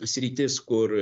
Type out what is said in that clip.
sritis kur